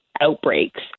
outbreaks